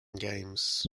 games